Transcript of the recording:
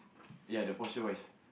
ya the portion wise